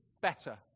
better